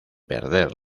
perder